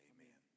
Amen